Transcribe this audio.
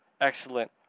excellent